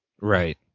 Right